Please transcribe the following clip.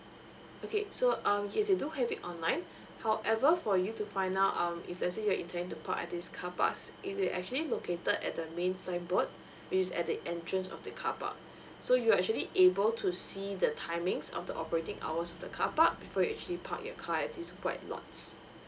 okay so um yes we do have it online however for you to find out um if let's say you're intending to park at this carparks it is actually located at the main sign board which is at the entrance of the carpark so you actually able to see the timings of the operating hours of the carpark before you actually park your car at this white lots